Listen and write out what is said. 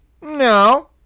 No